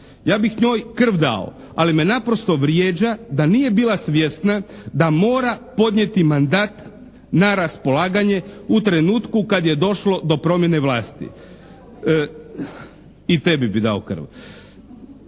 Ja bih njoj krv dao, ali me naprosto vrijeđa da nije bila svjesna da mora podnijeti mandat na raspolaganje u trenutku kad je došlo do promjene vlasti. … /Upadica se